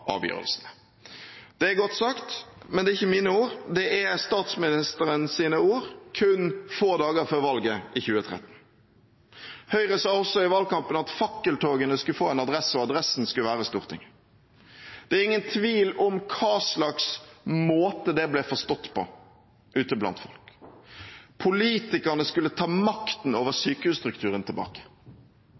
avgjørelsene.» Det er godt sagt, men det er ikke mine ord. Det var statsministerens ord, kun få dager før valget i 2013. Høyre sa også i valgkampen at fakkeltogene skulle få en adresse, og adressen skulle være Stortinget. Det er ingen tvil om på hvilken måte det ble forstått ute blant folk. Politikerne skulle ta makten over sykehusstrukturen tilbake.